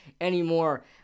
anymore